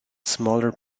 smaller